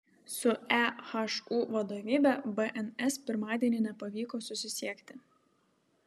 su ehu vadovybe bns pirmadienį nepavyko susisiekti